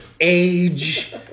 age